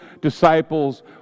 disciples